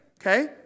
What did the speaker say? Okay